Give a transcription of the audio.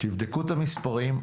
תבדקו את המספרים,